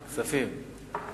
ועדת הכספים.